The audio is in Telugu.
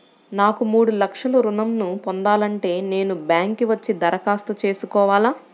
నాకు మూడు లక్షలు ఋణం ను పొందాలంటే నేను బ్యాంక్కి వచ్చి దరఖాస్తు చేసుకోవాలా?